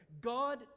God